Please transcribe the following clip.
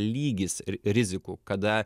lygis ir rizikų kada